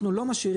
אנחנו לא משאירים,